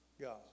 God